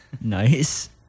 Nice